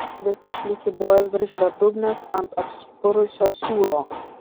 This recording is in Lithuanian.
viskas lyg kybojo virš bedugnės ant apspurusio siūlo